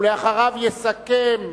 אחריו, השר יסכם.